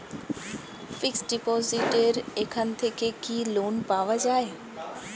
Fix ডিপোজিটের এখান থেকে কি লোন পাওয়া যায়?